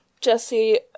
Jesse